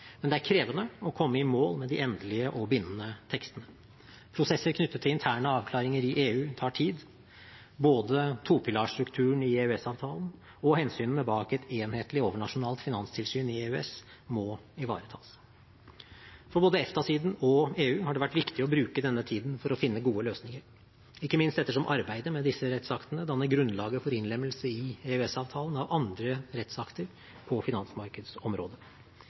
Men det er krevende å komme i mål med de endelige og bindende tekstene. Prosesser knyttet til interne avklaringer i EU tar tid. Både to-pilarstrukturen i EØS-avtalen og hensynene bak et enhetlig overnasjonalt finanstilsyn i EØS må ivaretas. For både EFTA-siden og EU har det vært viktig å bruke denne tiden for å finne gode løsninger, ikke minst ettersom arbeidet med disse rettsaktene danner grunnlaget for innlemmelse i EØS-avtalen av andre rettsakter på finansmarkedsområdet.